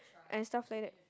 and stuff like that